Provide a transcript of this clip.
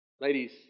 Ladies